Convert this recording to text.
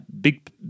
big